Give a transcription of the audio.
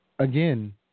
Again